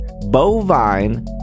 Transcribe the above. Bovine